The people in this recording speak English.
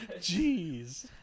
Jeez